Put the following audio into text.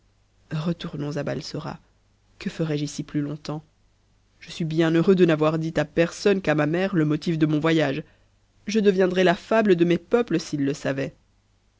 retournons à balsora que ferais-je ici plus longtemps je suis bien heureux de n'avoir dit à personne qu'à ma mère le motif de mon voyage je deviendrais la fable dermes peuples s'ils le savaient